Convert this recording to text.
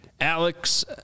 Alex